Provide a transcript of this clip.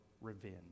revenge